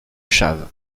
chaves